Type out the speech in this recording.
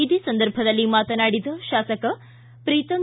ಇದೇ ಸಂದರ್ಭದಲ್ಲಿ ಮಾತನಾಡಿದ ಶಾಸಕ ಪ್ರೀತಂ